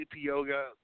yoga